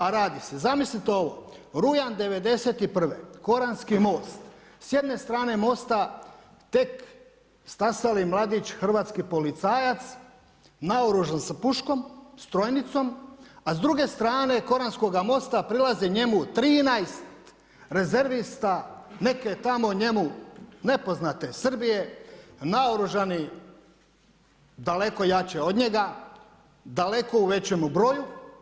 A radi se, zamislite ovo, rujan '91. koranski most, s jedne strane mosta, tek stasali mladić, hrvatski policajac, naoružan s puškom strojnicom, a s druge strane Koranskoga mosta, prilaze njemu 13 rezervista, neke tamo njemu nepoznate Srbije, naoružani, daleko jače od njega, daleko u većemu broju.